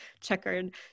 checkered